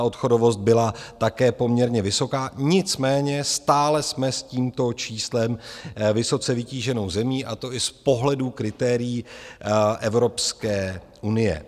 Odchodovost byla také poměrně vysoká, nicméně stále jsme s tímto číslem vysoce vytíženou zemí, a to i z pohledu kritérií Evropské unie.